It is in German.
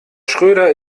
schröder